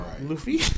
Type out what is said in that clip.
Luffy